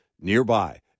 nearby